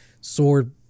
sword